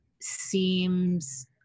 seems